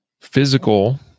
physical